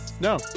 No